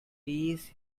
piece